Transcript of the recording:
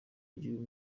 ry’uyu